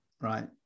Right